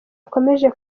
akomeje